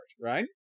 right